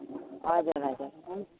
हजुर हजुर हुन्